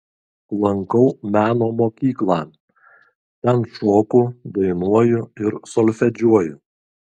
lankau meno mokyklą ten šoku dainuoju ir solfedžiuoju